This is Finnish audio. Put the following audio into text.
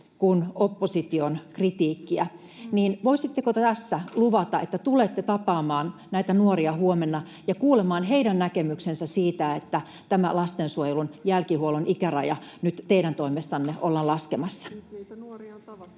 kuin opposition kritiikkiä, niin voisitteko te tässä luvata, että tulette tapaamaan näitä nuoria huomenna ja kuulemaan heidän näkemyksensä siitä, että tämä lastensuojelun jälkihuollon ikäraja nyt teidän toimestanne ollaan laskemassa? [Speech 102] Speaker: